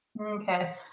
okay